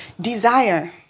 Desire